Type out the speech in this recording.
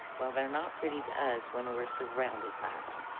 well, they're not pretty to us when we're surrounded by them.